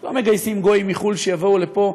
לא מגייסים גויים מחו"ל שיבואו לפה,